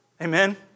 Amen